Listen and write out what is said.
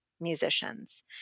musicians